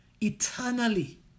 eternally